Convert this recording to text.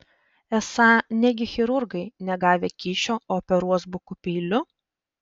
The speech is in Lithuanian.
esą negi chirurgai negavę kyšio operuos buku peiliu